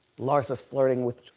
larsa's flirting with,